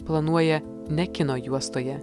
planuoja ne kino juostoje